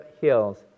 Hills